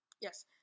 Yes